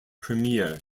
premier